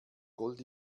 gold